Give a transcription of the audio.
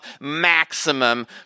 maximum